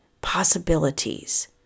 possibilities